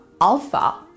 alpha